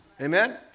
Amen